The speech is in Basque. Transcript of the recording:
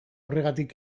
horregatik